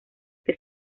que